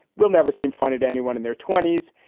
we'll never seem funded anyone in their twenty s.